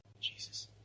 Jesus